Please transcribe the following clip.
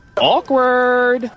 Awkward